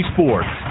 Sports